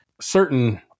Certain